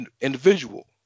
individual